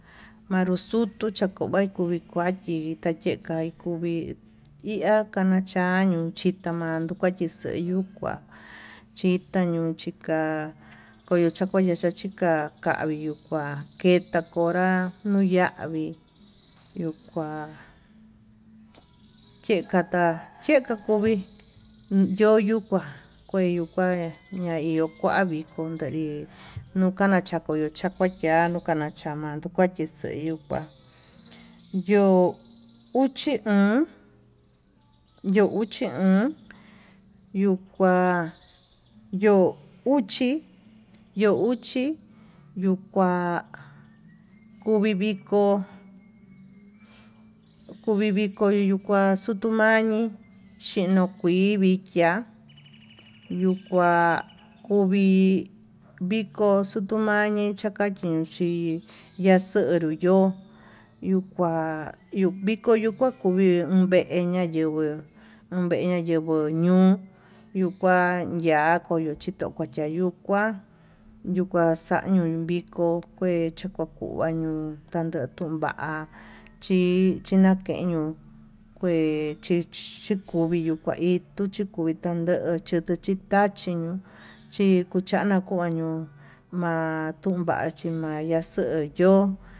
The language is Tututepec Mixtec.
Manru xutuu chakuvi kuvi chakui, tayeka kuvii yea taña chañió chitamando kuachixeyu kuá chitañu chikua yoko chakuayacha chika'a, kavii yuu kua keta konra nuu yavii yuu kua chekata che kokovi yoyu kua keyu kua yuyaki yukua kentanrí, nuu kana koto chakua ya'á yanuka nanchama yukati xeyukua yo'o uxi oon, yo'o uxi oon yuu kua yo'ó uxi yo'o uxi yuu kua komi viko kuvi viko yuu kua xutumañi, xhinokui vikiá yuu kua kuvii viko xutumañi cha'a chinxi yaxunru yo'ó yuu kua viko yuu kua kuvii vee ña'a yenguó uun vee ñayenguo ño'o, yuu kua yachito kuchan chancha yuu kua yukua xañio vii ko kue chuku kuña'a ñuu tande tuun va'a chi chinakeñu kue chichikuvi yuu kuaí ituchi kui tandechu yutu titache ñuu, chi kuchana kua ño'o ma'a tunvachi mayaxuu yó.